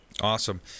Awesome